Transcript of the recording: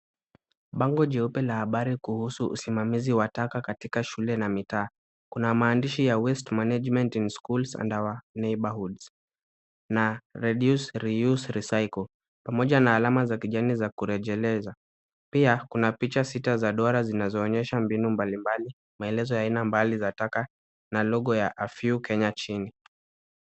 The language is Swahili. Bango jeupe la habari kuhusu usimamizi wa taka katika shule na mitaa. Kuna maandishi ya Waste Management in Schools & Our neighborhoods na Reduce, Re-use, Recycle , pamoja na alama za kijani za kurejeleza. Pia kuna picha sita za duara zinazoonyesha mbinu mbalimbali, maelezo aina mbali za taka na logo ya A few Kenya chini.